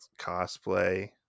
Cosplay